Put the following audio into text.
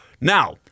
Now